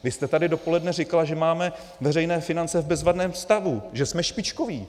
Vy jste tady dopoledne říkala, že máme veřejné finance v bezvadném stavu, že jsme špičkoví.